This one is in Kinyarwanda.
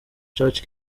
church